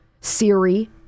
siri